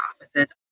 offices